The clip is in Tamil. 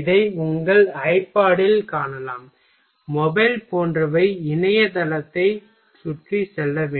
இதை உங்கள் ஐபாடில் காணலாம் மொபைல் போன்றவை இணைய தளத்தை சுற்றி செல்ல வேண்டும்